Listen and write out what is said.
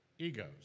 egos